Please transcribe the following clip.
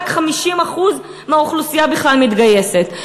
רק 50% מהאוכלוסייה בכלל מתגייסת.